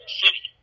city